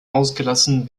ausgelassen